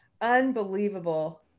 Unbelievable